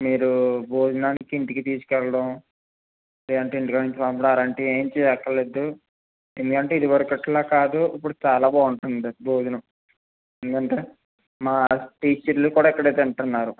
మీరు భోజనానికి ఇంటికి తీసుకెళ్లడం లేదంటే ఇంటికాడ నుంచి పంపడం అలాంటివి ఏం చేయక్కర్లేదు ఎందుకంటే ఇది వరకు కట్ల కాదు ఇప్పుడు చాలా బాగుంటుంది భోజనం ఎందుకంటే మా టీచర్లు కూడా ఇక్కడే తింటున్నారు